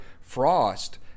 Frost